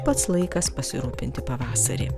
pats laikas pasirūpinti pavasarį